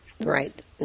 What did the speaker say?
Right